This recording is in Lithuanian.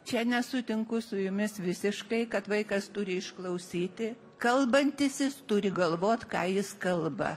čia nesutinku su jumis visiškai kad vaikas turi išklausyti kalbantysis turi galvot ką jis kalba